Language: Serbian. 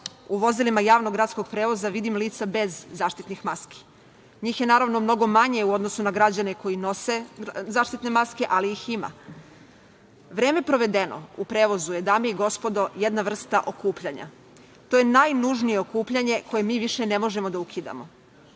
u vozilima javnog gradskog prevoza vidim lica bez zaštitnih maski. Njih je naravno mnogo manje u odnosu na građane koji nose zaštitne maske, ali ih ima. Vreme provedeno u prevozu je, dame i gospodo, jedna vrsta okupljanja. To je najnužnije okupljanje koje mi više ne možemo da ukidamo.